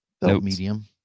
medium